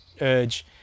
urge